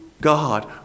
God